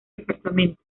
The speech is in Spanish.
departamento